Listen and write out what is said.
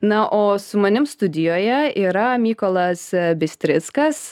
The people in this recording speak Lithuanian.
na o su manim studijoje yra mykolas bistrickas